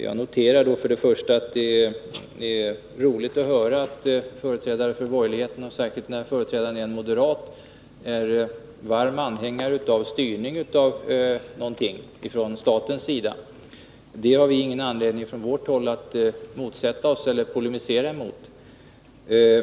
Jag noterar därför att det är roligt att höra att företrädare för borgerligheten, särskilt när företrädaren är en moderat, är varm anhängare av styrning av någonting från statens sida. Det har vi från vårt håll ingen anledning att motsätta oss eller polemisera mot.